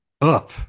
Up